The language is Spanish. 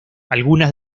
algunas